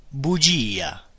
bugia